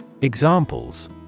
Examples